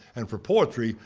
and for poetry,